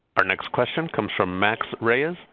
our next question comes from max reyes.